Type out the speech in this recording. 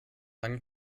lange